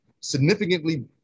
significantly